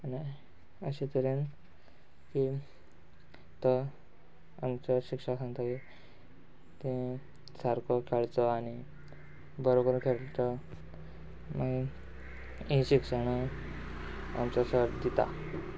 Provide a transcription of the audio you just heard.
आनी अशे तरेन की तो आमचो शिक्षक सांगता की ते सारको खेळचो आनी बरो करून खेळचो मागीर हीं शिक्षणां आमचो सर दिता